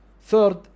Third